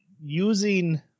using